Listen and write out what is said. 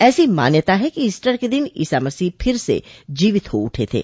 ऐसी मान्यता है कि ईस्टर के दिन ईसा मसीह फिर से जीवित हो उठे थे